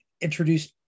introduced